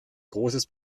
großes